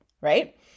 right